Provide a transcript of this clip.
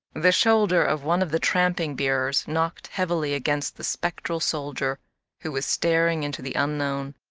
the shoulder of one of the tramping bearers knocked heavily against the spectral soldier who was staring into the unknown.